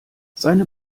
seine